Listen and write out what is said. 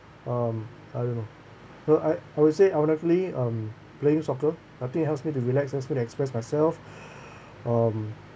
um I don't know err I I would say I would likely um playing soccer I think it helps me to relax and so that I can express myself um